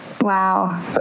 Wow